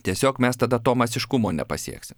tiesiog mes tada to masiškumo nepasieksim